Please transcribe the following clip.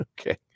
Okay